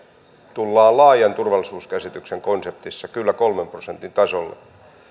tullaan laajan turvallisuuskäsityksen konseptissa kyllä kolmen prosentin tasolle